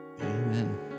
Amen